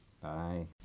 Bye